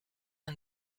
and